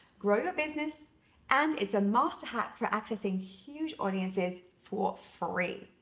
grow your business and it's a master hack for accessing huge audiences, for free.